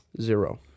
Zero